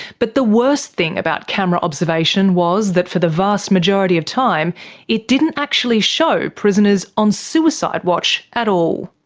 but the worst thing about camera observation was that for the vast majority of time it didn't actually show prisoners on suicide watch at all.